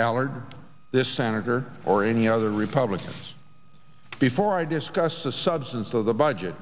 allard this senator or any other republic before i discuss the substance of the budget